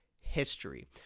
history